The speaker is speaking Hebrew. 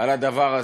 על הדבר הזה.